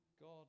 God